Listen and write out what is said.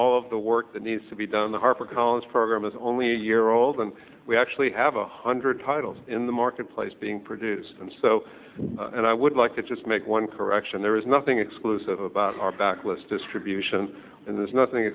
all of the work that needs to be done the harper collins program is only a year old and we actually have a hundred titles in the marketplace being produced and so and i would like to just make one correction there is nothing exclusive about our backlist distribution and there's nothing